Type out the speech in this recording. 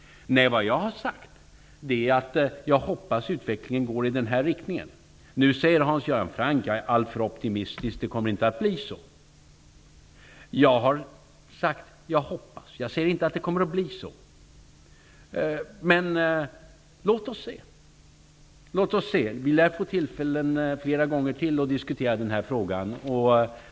Jag har sagt att jag hoppas att utvecklingen går i den här riktningen. Nu säger Hans Göran Franck att jag är alltför optimistisk och att det inte kommer att bli så. Jag har sagt att jag hoppas. Jag har inte sagt att det kommer att bli så. Låt oss se! Vi lär få tillfälle att diskutera den här frågan flera gånger till.